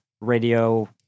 radio